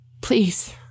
Please